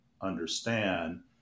understand